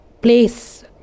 place